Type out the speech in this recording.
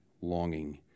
longing